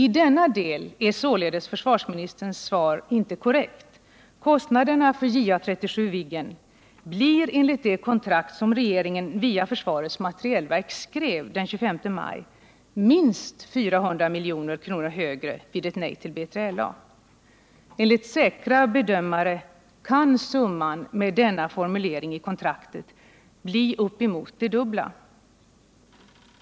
I denna del är således försvarsministerns svar inte korrekt. Kostnaderna för 10 JA 37 Viggen blir enligt det kontrakt som regeringen via försvarets materiel verk skrev den 25 maj minst 400 milj.kr. högre vid ett nej till BILA. Enligt Nr 46 säkra bedömare kan summan med denna formulering i kontraktet bli upp emot den dubbla.